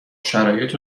شرایط